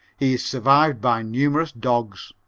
he is survived by numerous dogs.